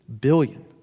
billion